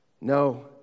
No